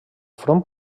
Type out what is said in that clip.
front